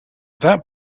that